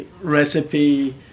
recipe